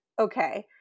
okay